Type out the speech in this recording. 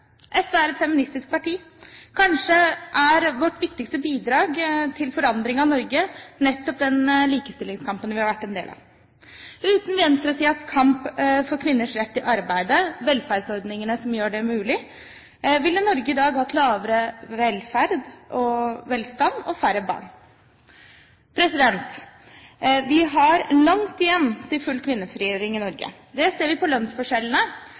SV er et feministisk parti. Kanskje er vårt viktigste bidrag til forandring av Norge nettopp den likestillingskampen vi har vært en del av. Uten venstresidens kamp for kvinners rett til å arbeide, og velferdsordningene som gjør det mulig, ville Norge i dag hatt lavere velstand og færre barn. Vi har langt igjen til full kvinnefrigjøring i Norge. Det ser vi på lønnsforskjellene,